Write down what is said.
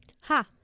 Ha